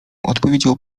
odpowiedział